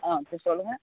ஆ சரி சொல்லுங்கள்